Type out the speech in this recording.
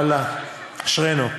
ואללה, אשרינו.